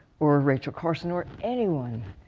or rachel carson, or anyone,